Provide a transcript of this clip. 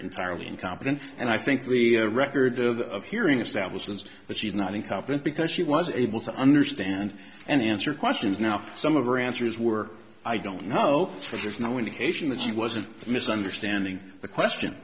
entirely incompetent and i think the record of hearing establishes that she's not incompetent because she was able to understand and answer questions now some of her answers were i don't know for there's no indication that she wasn't misunderstanding the question